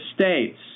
States